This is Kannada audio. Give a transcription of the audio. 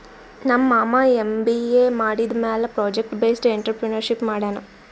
ನಮ್ ಮಾಮಾ ಎಮ್.ಬಿ.ಎ ಮಾಡಿದಮ್ಯಾಲ ಪ್ರೊಜೆಕ್ಟ್ ಬೇಸ್ಡ್ ಎಂಟ್ರರ್ಪ್ರಿನರ್ಶಿಪ್ ಮಾಡ್ಯಾನ್